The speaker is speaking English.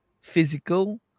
physical